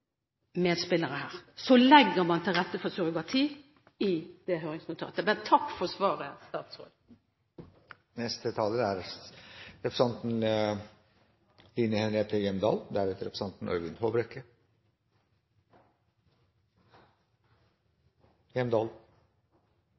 her, legger man, mener jeg, til rette for surrogati i det høringsnotatet. Men takk for svaret, statsråd!